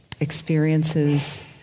experiences